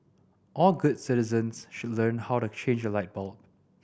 all good citizens should learn how to change a light bulb